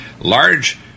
large